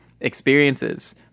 experiences